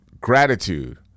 gratitude